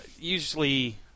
Usually